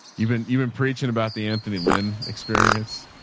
even, even preaching about the anthony lin experience.